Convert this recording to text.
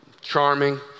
charming